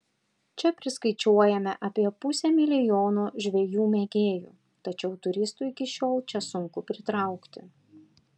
čia priskaičiuojame apie pusę milijono žvejų mėgėjų tačiau turistų iki šiol čia sunku pritraukti